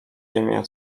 ziemię